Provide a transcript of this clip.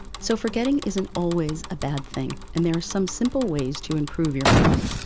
so forgetting isn't always a bad thing and there are some simple ways to improve your memory.